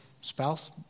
spouse